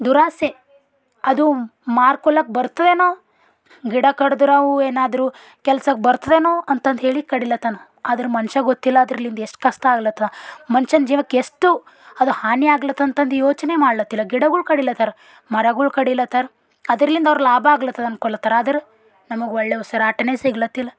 ದುರಾಸೆ ಅದು ಮಾರ್ಕೊಳಕ ಬರ್ತದೇನೋ ಗಿಡ ಕಡಿದ್ರವು ಏನಾದ್ರೂ ಕೆಲ್ಸಕ್ಕೆ ಬರ್ತದೇನೋ ಅಂತಂದು ಹೇಳಿ ಕಡಿಲತ್ತಾನ ಆದ್ರೆ ಮನ್ಷಗೆ ಗೊತ್ತಿಲ್ಲ ಅದರಿಂದ ಎಷ್ಟು ಕಷ್ಟ ಆಗ್ಲತ್ತದೆ ಮನ್ಷನ ಜೀವಕ್ಕೆ ಎಷ್ಟು ಅದು ಅದು ಹಾನಿ ಆಗ್ಲತ್ತ ಅಂತಂದು ಯೋಚನೆ ಮಾಡ್ಲತ್ತಿಲ್ಲ ಗಿಡಗಳು ಕಡಿಲತ್ತರ ಮರಗಳು ಕಡಿಲತ್ತರ ಅದರಿಂದ ಅವ್ರು ಲಾಭ ಆಗ್ಲತ್ತದೆ ಅನ್ಕೊಳ್ಳತ್ತರ ಆದ್ರೆ ನಮಗೆ ಒಳ್ಳೆಯ ಉಸಿರಾಟನೇ ಸಿಗಲತ್ತಿಲ್ಲ